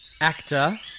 Actor